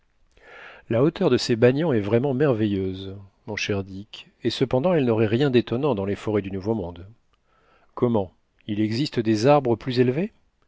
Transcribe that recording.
la hauteur de ces banians est vraiment merveilleuse mon cher dick et cependant elle n'aurait rien d'étonnant dans les forêts du nouveau-monde comment il existe des arbres plus élevés